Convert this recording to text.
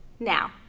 Now